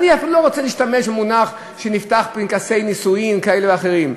אני לא רוצה להשתמש במונח שנפתח פנקסי נישואין כאלה ואחרים.